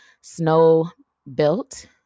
snow-built